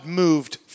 moved